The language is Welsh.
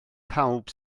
pawb